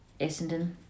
Essendon